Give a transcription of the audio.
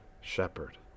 shepherd